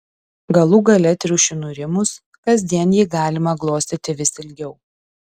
galų gale triušiui nurimus kasdien jį galima glostyti vis ilgiau